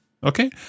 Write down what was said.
Okay